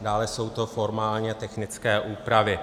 Dále jsou to formálně technické úpravy.